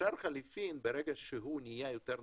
שער החליפין, ברגע שהוא נהיה יותר נמוך,